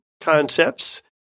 concepts